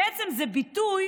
בעצם זה ביטוי